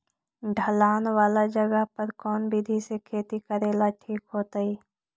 ढलान वाला जगह पर कौन विधी से खेती करेला ठिक होतइ?